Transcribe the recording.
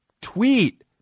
tweet